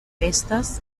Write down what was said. festes